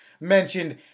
mentioned